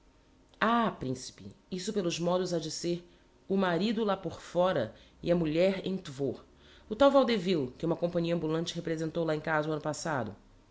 mulher ah principe isso pelos modos ha de ser o marido lá por fóra e a mulher em tvor o tal vaudeville que uma companhia ambulante representou lá em casa o anno passado